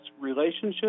relationship